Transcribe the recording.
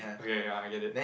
okay I I get it